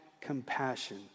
compassion